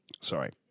Sorry